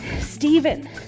Stephen